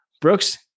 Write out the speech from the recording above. Brooks